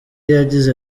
yagize